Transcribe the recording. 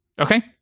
Okay